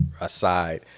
aside